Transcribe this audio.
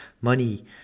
money